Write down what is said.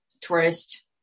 tourist